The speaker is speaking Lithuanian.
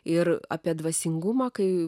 ir apie dvasingumą kai